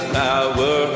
power